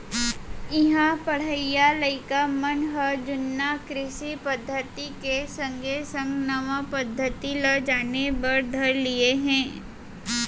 इहां पढ़इया लइका मन ह जुन्ना कृषि पद्धति के संगे संग नवा पद्धति ल जाने बर धर लिये हें